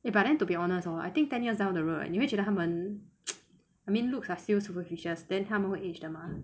eh but then to be honest hor I think ten years down the road right 你会觉得他们 I mean looks are still superficial then 他们会 age 的嘛